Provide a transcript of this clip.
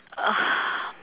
uh